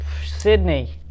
Sydney